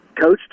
coached